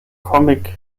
comic